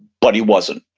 but he wasn't.